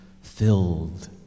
filled